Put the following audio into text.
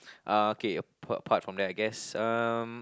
uh okay a~ apart from that I guess um